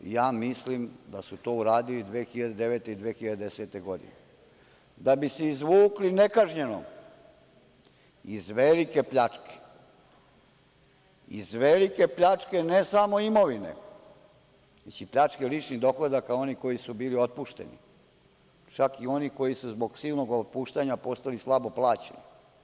Ja mislim da su to uradili 2009. i 2010. godine, da bi se izvukli nekažnjeno iz velike pljačke, iz velike pljačke ne samo imovine, već i pljačke ličnih dohodaka onih koji su bili otpušteni, čak i onih koji su zbog silnog otpuštanja postali slabo plaćeni.